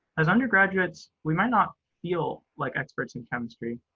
as undergraduates, we might not feel like experts in chemistry,